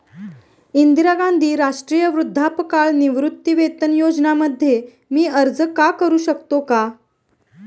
इंदिरा गांधी राष्ट्रीय वृद्धापकाळ निवृत्तीवेतन योजना मध्ये मी अर्ज का करू शकतो का?